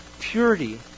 Purity